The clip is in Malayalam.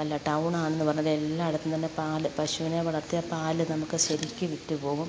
അല്ലെങ്കിൽ ടൗണാണെന്ന് പറഞ്ഞാലും എല്ലായിടത്തുംതന്നെ പാൽ പശുവിനെ വളർത്തിയാൽ പാൽ നമുക്ക് ശരിക്ക് വിറ്റു പോകും